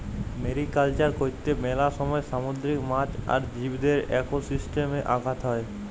mariculture করত্যে মেলা সময় সামুদ্রিক মাছ আর জীবদের একোসিস্টেমে আঘাত হ্যয়